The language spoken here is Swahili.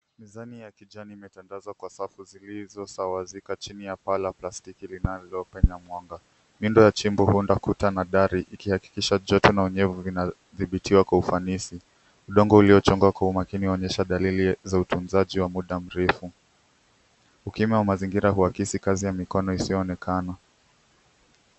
Mizani ya kijani imetandazwa kwa safu zilizo sawa zika chini ya paa la plastiki linalopenya mwanga. Miundo ya chumba hunda kuta na dari ikiakikisha joto na unyevunyevu vinadhibitiwa kwa ufanisi. Udongo ulioshongwa kwa umakini unaonyesha dalili za utunzaji wa muda mrefu. Ukimya wa mazingira huakisi kazi ya mikono isiyoonekana.